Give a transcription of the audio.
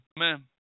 Amen